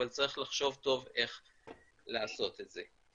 אבל צריך לחשוב טוב איך לעשות את זה.